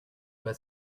pas